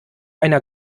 einer